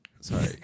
Sorry